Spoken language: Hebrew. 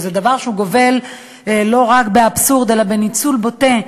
שזה דבר שגובל לא רק באבסורד אלא בניצול בוטה.